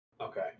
okay